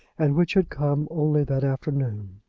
and which had come only that afternoon.